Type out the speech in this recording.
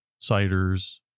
ciders